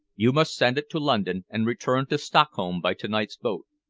you must send it to london, and return to stockholm by to-night's boat.